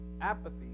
apathy